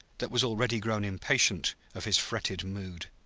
that was already grown impatient of his fretted mood.